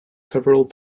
several